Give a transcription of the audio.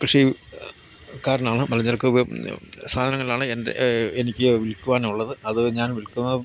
കൃഷിക്കാരനാണ് മലഞ്ചരക്ക് സാധനങ്ങളാണ് എൻ്റെ എനിക്ക് വിൽക്കുവാനുള്ളത് അത് ഞാൻ വിൽക്കുന്ന